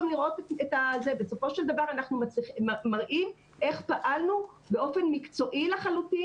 בסופו של דבר אנחנו מראים איך פעלנו באופן מקצועי לחלוטין.